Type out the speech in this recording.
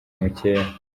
mukeba